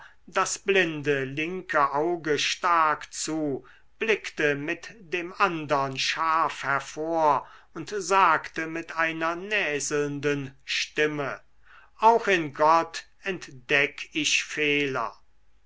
das blinde linke auge stark zu blickte mit dem andern scharf hervor und sagte mit einer näselnden stimme auch in gott entdeck ich fehler